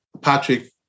Patrick